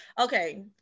Okay